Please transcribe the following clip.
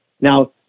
now